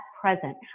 present